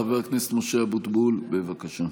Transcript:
חבר הכנסת משה אבוטבול, בבקשה.